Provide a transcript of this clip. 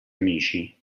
amici